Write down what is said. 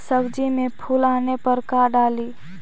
सब्जी मे फूल आने पर का डाली?